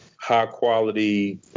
high-quality